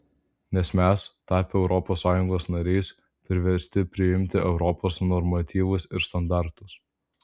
nes mes tapę europos sąjungos nariais priversti priimti europos normatyvus ir standartus